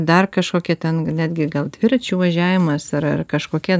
dar kažkokia ten netgi gal dviračių važiavimas ar ar kažkokie